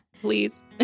please